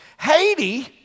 Haiti